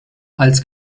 als